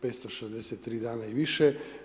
563 dana i više.